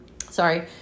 Sorry